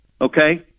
okay